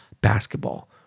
basketball